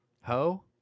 ho